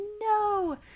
no